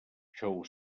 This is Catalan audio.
xou